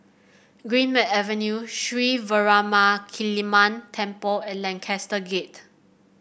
Greenmead Avenue Sri Veeramakaliamman Temple and Lancaster Gate